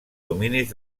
dominis